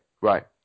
right